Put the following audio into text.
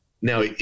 now